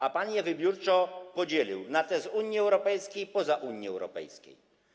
A pan je wybiórczo podzielił na te z Unii Europejskiej i spoza Unii Europejskiej.